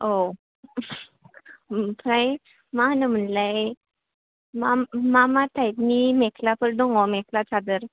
औ ओमफ्राय मा होनो मोनलाय मा मा मा थाइबनि मेख्लाफोर दङ मेख्ला सादोर